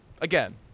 again